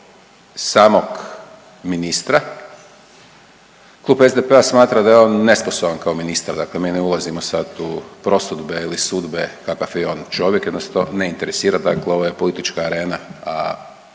samog ministra Klub SDP-a smatra da je on nesposoban kao ministra. Dakle, mi ne ulazimo sad u prosudbe ili sudbe kakav je on čovjek, jednostavno ne interesira, dakle ovo je politička arena, a